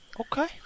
Okay